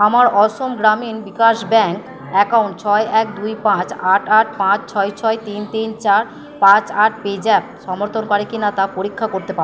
আমার Assam Gramin Vikash bank account ছয় এক দুই পাঁচ আট আট পাঁচ ছয় ছয় তিন তিন চার পাঁচ আট পেজ্যাপ সমর্থন করে কিনা তা পরীক্ষা করতে পা